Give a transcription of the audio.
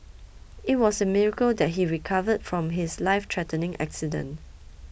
it was a miracle that he recovered from his lifethreatening accident